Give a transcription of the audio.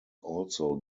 also